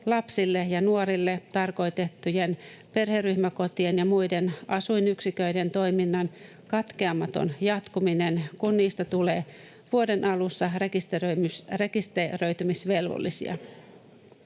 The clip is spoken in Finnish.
lapsille ja nuorille tarkoitettujen perheryhmäkotien ja muiden asuinyksiköiden toiminnan katkeamaton jatkuminen, kun niistä tulee vuoden alussa rekisteröitymisvelvollisia.